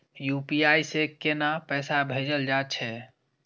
UPI से केना पैसा भेजल जा छे?